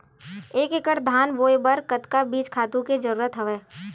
एक एकड़ धान बोय बर कतका बीज खातु के जरूरत हवय?